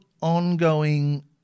ongoing